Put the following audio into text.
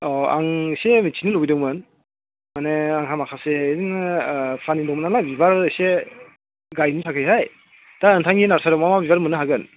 अ आं इसे मिथिनो लुबैदोंमोन माने आंहा माखासे ओरैनो खालि दंमोन नालाय बिबार एसे गायनो थाखायहाय दा नोंथांनि नार्सारियावहाय मा मा बिबार मोन्नो हागोन